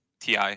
TI